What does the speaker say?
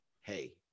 hey